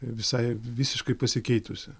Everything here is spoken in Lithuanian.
visai visiškai pasikeitusi